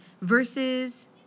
versus –